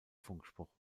funkspruch